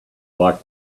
like